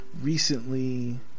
recently